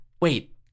Wait